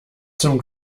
zum